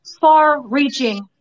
far-reaching